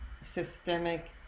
systemic